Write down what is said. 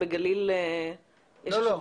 לא.